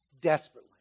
desperately